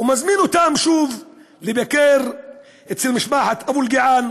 ומזמין אותם שוב לבקר אצל משפחת אבו אלקיעאן,